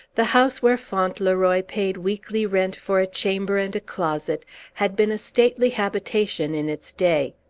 the house where fauntleroy paid weekly rent for a chamber and a closet had been a stately habitation in its day.